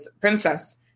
Princess